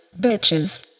bitches